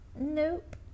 nope